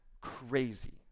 crazy